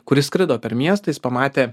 kuris skrido per miestą jis pamatė